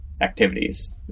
activities